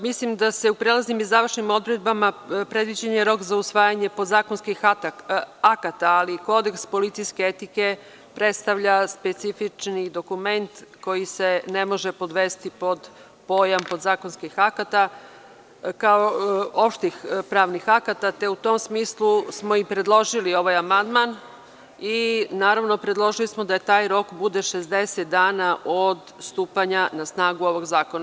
Mislim, da se u prelaznim i završnim odredbama, predviđen je rok za usvajanje podzakonski akata, ali kodeks policijske etike predstavlja specifični dokument koji se ne može podvesti pod pojam podzakonskih akata kao opštih pravnih akata, te u tom smislu smo i predložili ovaj amandman i naravno predložili smo da taj rok bude 60 dana od stupanja na snagu ovog zakona.